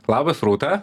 labas rūta